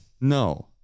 No